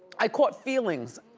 i caught feelings,